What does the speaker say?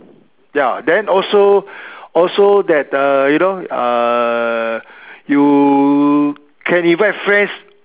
ya then also also that uh you know err you can invite friends